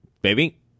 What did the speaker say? baby